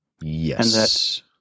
Yes